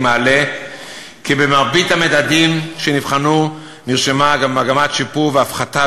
מעלה כי במרבית המדדים שנבחנו נרשמה מגמת שיפור והפחתה